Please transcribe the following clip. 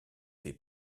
fait